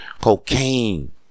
Cocaine